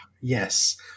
Yes